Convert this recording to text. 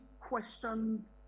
questions